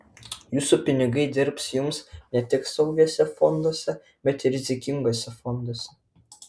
jūsų pinigai dirbs jums ne tik saugiuose fonduose bet ir rizikingesniuose fonduose